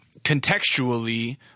contextually